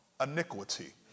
iniquity